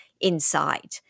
inside